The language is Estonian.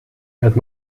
pead